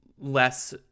less